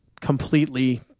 completely